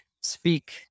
speak